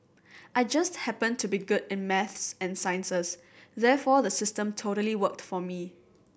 I just happened to be good in maths and sciences therefore the system totally worked for me